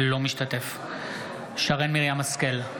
אינו משתתף בהצבעה שרן מרים השכל,